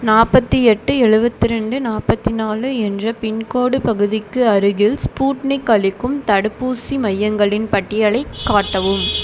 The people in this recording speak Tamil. நாப்பத்தி எட்டு எழுவத்ரெண்டு நாப்பத்தி நாலு என்ற பின்கோடு பகுதிக்கு அருகில் ஸ்புட்னிக் அளிக்கும் தடுப்பூசி மையங்களின் பட்டியலைக் காட்டவும்